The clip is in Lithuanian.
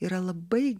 yra labai